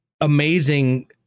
amazing